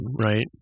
right